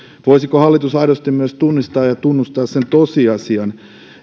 voisiko hallitus aidosti myös tunnistaa ja tunnustaa sen tosiasian